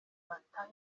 matayo